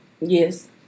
Yes